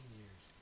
years